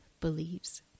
believes